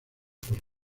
por